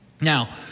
Now